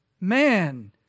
man